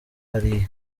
hariya